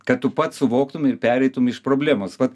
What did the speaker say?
kad tu pats suvoktum ir pereitum iš problemos vat